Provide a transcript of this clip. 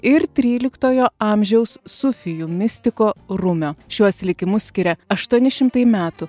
ir tryliktojo amžiaus sufijų mistiko rumio šiuos likimus skiria aštuoni šimtai metų